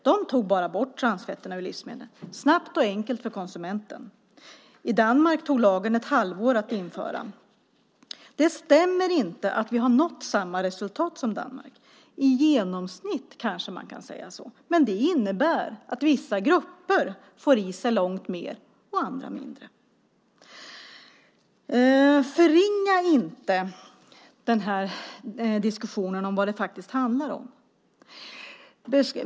De tog bara bort transfetterna ur livsmedlen - snabbt och enkelt för konsumenten. I Danmark tog det ett halvår att införa lagen. Det stämmer inte att vi har nått samma resultat som Danmark. I genomsnitt har vi kanske det, men vissa grupper får i sig långt mer och andra mindre. Förringa inte diskussionen om vad detta faktiskt handlar om.